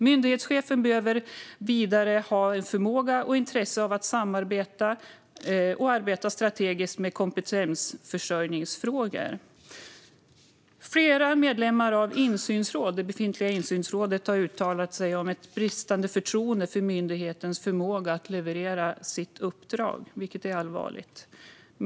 Myndighetschefen behöver vidare ha en förmåga och ett intresse av att samarbeta och arbeta strategiskt med kompetensförsörjningsfrågor. Flera medlemmar av det befintliga insynsrådet har uttalat sig om ett bristande förtroende för myndighetens förmåga att leverera sitt uppdrag, vilket är allvarligt.